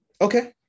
Okay